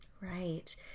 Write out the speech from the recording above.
Right